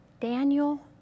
Daniel